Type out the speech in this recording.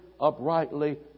uprightly